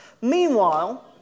Meanwhile